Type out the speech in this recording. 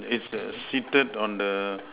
it's the seated on the